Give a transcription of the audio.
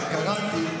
וקראתי,